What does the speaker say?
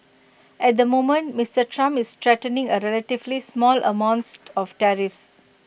at the moment Mister Trump is threatening A relatively small amounts of tariffs